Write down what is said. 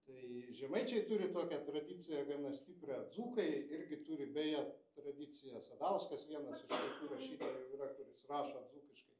tai žemaičiai turi tokią tradiciją gana stiprią dzūkai irgi turi beje tradiciją sadauskas vienas iš tokių rašytojų yra kuris rašo dzūkiškai